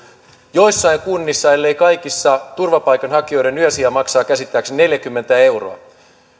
joissain kunnissa ellei kaikissa turvapaikanhakijoiden yösija maksaa käsittääkseni neljäkymmentä euroa